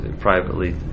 privately